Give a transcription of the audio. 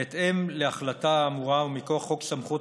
בהתאם להחלטה האמורה ומכוח חוק סמכויות